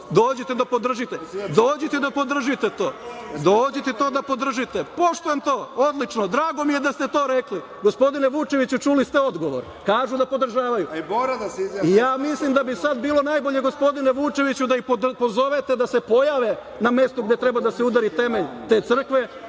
Odlično. Dođite da podržite to. Dođite to da podržite. Poštujem to. Odlično. Drago mi je da ste to rekli. Gospodine Vučeviću, čuli ste odgovor, kažu da podržavaju. Ja mislim da bi sad bilo najbolje, gospodine Vučeviću, da ih pozovete da se pojave na mestu gde treba da se udari temelj te crkve,